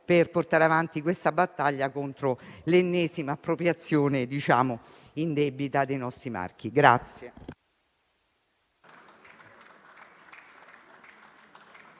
per portare avanti questa battaglia contro l'ennesima appropriazione indebita dei nostri marchi.